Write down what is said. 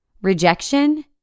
rejection